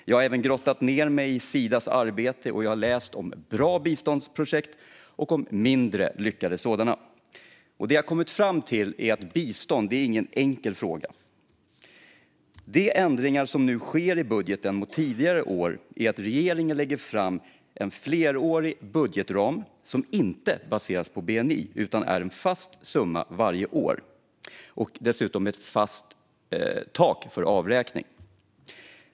Jag har även grottat ned mig i Sidas arbete och läst om bra biståndsprojekt och om mindre lyckade sådana. Det jag har kommit fram till är att bistånd inte är en enkel fråga. De ändringar som nu sker i budgeten mot tidigare år är att regeringen lägger fram en flerårig budgetram som inte baseras på bni utan är en fast summa varje år. Det finns dessutom ett fast tak för avräkning.